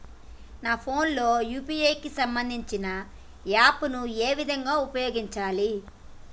నా ఫోన్ లో యూ.పీ.ఐ కి సంబందించిన యాప్ ను ఏ విధంగా ఉపయోగించాలి?